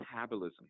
metabolism